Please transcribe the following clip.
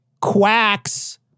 quacks